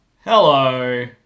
Hello